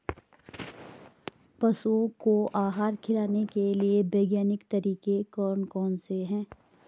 पशुओं को आहार खिलाने के लिए वैज्ञानिक तरीके कौन कौन से हैं?